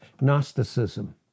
Gnosticism